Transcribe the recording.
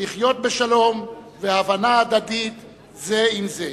לחיות בשלום ובהבנה הדדית זה עם זה.